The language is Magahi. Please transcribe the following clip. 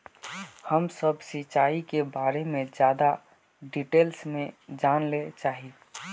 हम सब सिंचाई के बारे में ज्यादा डिटेल्स में जाने ला चाहे?